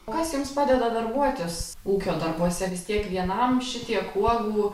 kas jums padeda darbuotis ūkio darbuose tiek vienam šitiek uogų